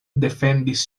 defendis